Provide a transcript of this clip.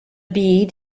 bead